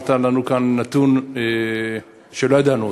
אמרת לנו כאן נתון שלא ידענו,